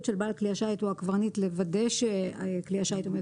של בעל כלי השיט או הקברניט לוודא שכלי השיט עומד